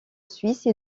suisse